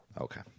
Okay